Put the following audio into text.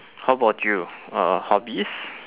how about you uh hobbies